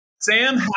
Sam